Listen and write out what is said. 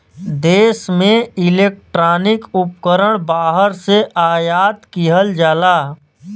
देश में इलेक्ट्रॉनिक उपकरण बाहर से आयात किहल जाला